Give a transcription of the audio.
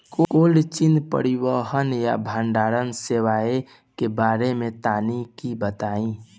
Cold chain परिवहन या भंडारण सेवाओं के बारे में तनी बताई?